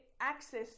access